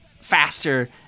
faster